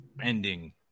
ending